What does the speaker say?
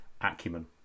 acumen